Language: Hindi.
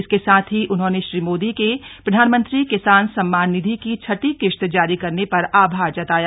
इसके साथ ही उन्होंने श्री मोदी के प्रधानमंत्री किसान सम्मान निधि की छठी किश्त जारी करने पर आभार जताया